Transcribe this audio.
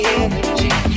energy